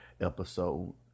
episode